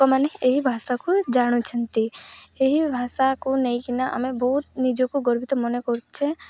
ଲୋକମାନେ ଏହି ଭାଷାକୁ ଜାଣୁଛନ୍ତି ଏହି ଭାଷାକୁ ନେଇକିନା ଆମେ ବହୁତ ନିଜକୁ ଗର୍ବିତ ମନେ କରୁଛେ